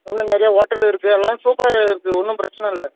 இன்னும் நிறைய ஹோட்டல் இருக்குது எல்லாம் சூப்பராக இருக்கும் ஒன்றும் பிரச்சனை இல்லை